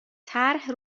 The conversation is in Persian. طرح